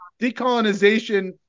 decolonization